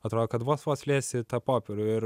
atrodo kad vos vos liesi tą popierių ir